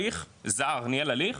זר ניהל הליך,